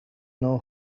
know